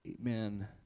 Amen